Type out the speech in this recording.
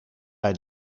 bij